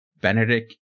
Benedict